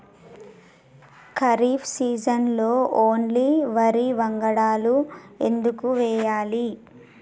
ఖరీఫ్ సీజన్లో ఓన్లీ వరి వంగడాలు ఎందుకు వేయాలి?